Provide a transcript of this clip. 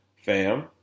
fam